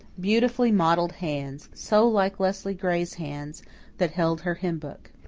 beautifully modelled hands so like leslie gray's hands that held her hymn book.